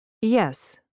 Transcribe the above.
Yes